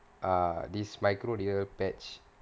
err this micro needle patch